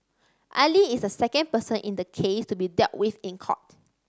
Ali is the second person in the case to be dealt with in court